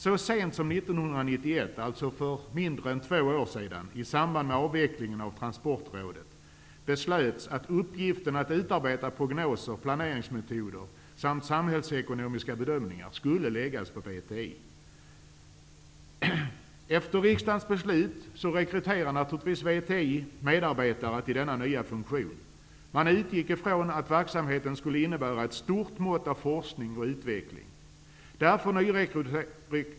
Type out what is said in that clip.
Så sent som 1991, alltså för mindre än två år sedan, i samband med avvecklingen av Transportrådet beslöts att uppgiften att utarbeta prognoser, planeringsmetoder och samhällsekonomiska bedömningar skulle läggas på VTI. VTI medarbetare till denna nya funktion. Man utgick från att verksamheten skulle innebära ett stort mått av forskning och utveckling.